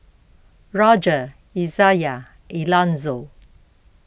Roger Izayah and Elonzo